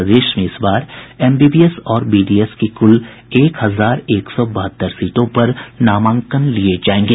प्रदेश में इस बार एमबीबीएस और बीडीएस की कुल एक हजार एक सौ बहत्तर सीटों पर नामांकन लिये जायेंगे